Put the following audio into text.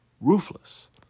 ruthless